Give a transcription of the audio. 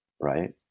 right